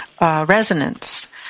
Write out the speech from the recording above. Resonance